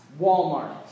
Walmart